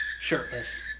shirtless